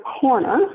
corner